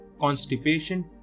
constipation